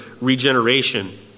regeneration